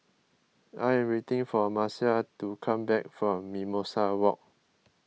I am waiting for Marcia to come back from Mimosa Walk